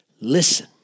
listen